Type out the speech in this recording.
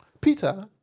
Peter